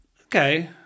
okay